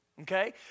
Okay